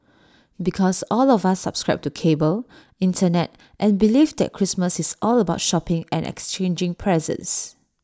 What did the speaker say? because all of us subscribe to cable Internet and belief that Christmas is all about shopping and exchanging presents